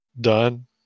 done